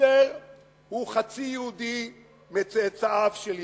היטלר הוא חצי יהודי מצאצאיו של ישו.